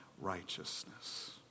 righteousness